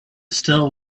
still